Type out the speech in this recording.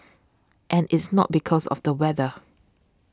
and it's not because of the weather